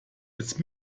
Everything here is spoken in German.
ist